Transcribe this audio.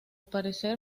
parecer